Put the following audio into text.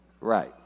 right